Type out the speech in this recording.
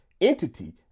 entity